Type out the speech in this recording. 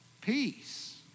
peace